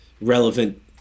relevant